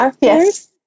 Yes